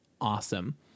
awesome